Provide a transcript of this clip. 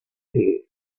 here